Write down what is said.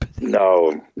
No